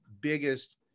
biggest